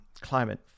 climate